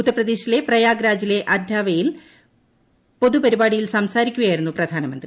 ഉത്തർപ്രദേശിലെ പ്രയാഗ് രാജിലെ അന്റാവയിലെ പൊതുപരിപാടിയിൽ സംസാരിക്കുകയായിരുന്നു പ്രധാനമന്ത്രി